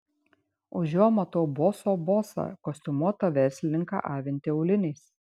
už jo matau boso bosą kostiumuotą verslininką avintį auliniais